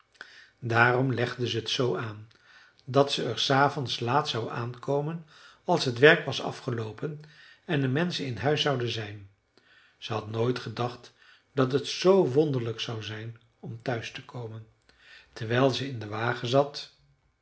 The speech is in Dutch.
daarom legde ze t zoo aan dat ze er s avonds laat zou aankomen als t werk was afgeloopen en de menschen in huis zouden zijn ze had nooit gedacht dat het zoo wonderlijk zou zijn om thuis te komen terwijl ze in den wagen zat